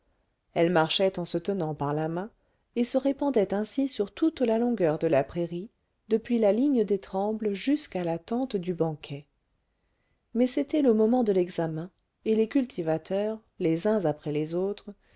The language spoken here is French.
elles marchaient en se tenant par la main et se répandaient ainsi sur toute la longueur de la prairie depuis la ligne des trembles jusqu'à la tente du banquet mais c'était le moment de l'examen et les cultivateurs les uns après les autres